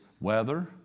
weather